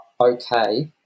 okay